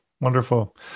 Wonderful